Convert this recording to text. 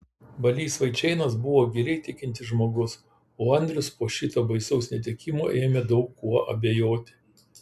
balys vaičėnas buvo giliai tikintis žmogus o andrius po šito baisaus netekimo ėmė daug kuo abejoti